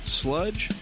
sludge